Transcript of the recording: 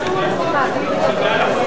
אותי.